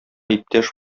иптәш